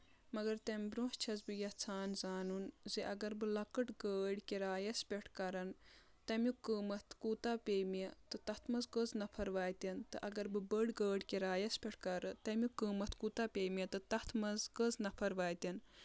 مگر تَمہِ برونٛہہ چھس بہٕ یژھان زانُن زِ اگر بہٕ لۄکٕٹ گٲڑۍ کِرایَس پؠٹھ کَرَن تَمیُک قۭمَتھ کوٗتاہ پیٚیہِ مےٚ تہٕ تَتھ منٛز کٔژ نفر واتَن تہٕ اگر بہٕ بٔڑ گٲڑۍ کِرایَس پؠٹھ کَرٕ تَمیُک قۭمَتھ کوٗتاہ پیٚیہِ مےٚ تہٕ تَتھ منٛز کٔژ نفر واتَن